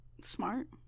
smart